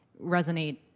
resonate